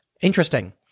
Interesting